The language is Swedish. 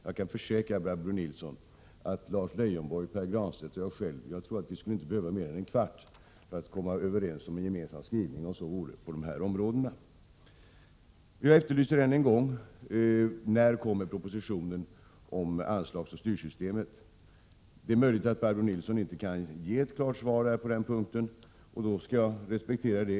Jag kan försäkra Barbro Nilsson att jag tror att Lars Leijonborg, Pär Granstedt och jag själv inte skulle behöva mer än en kvart för att komma överens om en gemensam skrivning, om så vore, på de här områdena. Jag efterlyser än en gång: När kommer propositionen om anslagsoch styrsystemet? Det är möjligt att Barbro Nilsson inte kan ge ett klart svar på den punkten, och då skall jag respektera det.